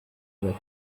ever